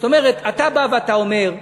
זאת אומרת, אתה בא ואתה אומר: